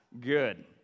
good